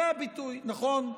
זה הביטוי, נכון?